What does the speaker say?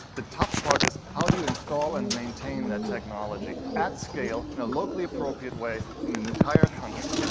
the tough part is, how do you install and maintain that technology, at scale, in a locally appropriate way in an entire country?